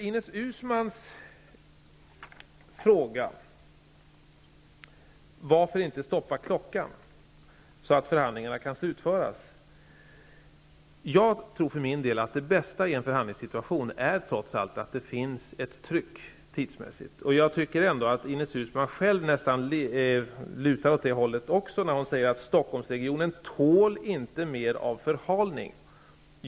Ines Uusmann frågade varför man inte kan stoppa klockan, så att förhandlingarna kan slutföras. Jag tror för min del att det bästa i en förhandlingssituation trots allt är att det finns ett tryck tidsmässigt. Jag tyckte att även Ines Uusmann själv nästan lutade åt det hållet när hon sade att Stockholmsregionen inte tål mer av förhalning.